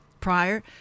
Prior